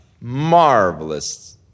Marvelous